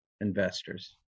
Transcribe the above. investors